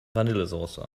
vanillesoße